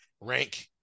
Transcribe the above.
rank